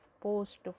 post